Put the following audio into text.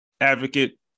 advocate